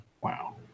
Wow